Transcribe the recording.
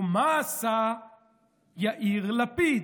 מה עשה יאיר לפיד,